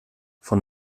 von